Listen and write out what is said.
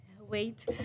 Wait